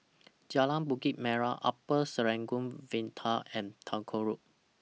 Jalan Bukit Merah Upper Serangoon Viaduct and Tagore Road